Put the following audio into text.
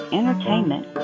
Entertainment